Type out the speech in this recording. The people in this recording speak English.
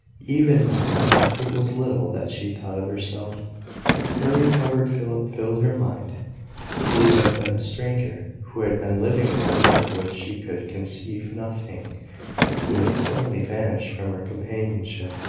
even now, it was little that she thought of herself her recovered philip filled her mind he who had been a stranger who had been living in a world of which she could conceive nothing who had suddenly vanished from her companionship,